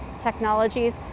technologies